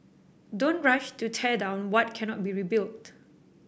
don't rush to tear down what cannot be rebuilt